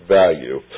value